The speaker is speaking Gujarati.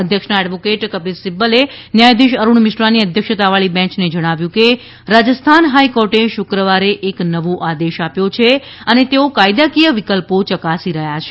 અધ્યક્ષનાં એડવોકેટ કપિલ સિબ્બલે ન્યાયાધીશ અરૃણ મિશ્રાની અધ્યક્ષતાવાળી બેંચને જણાવ્યું હતું કે રાજસ્થાન હાઈકોર્ટે શ્ક્રવારે એક નવો આદેશ આપ્યો છે અને તેઓ કાયદાકીય વિકલ્પો ચકાસી રહ્યા છે